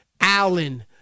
Allen